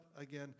Again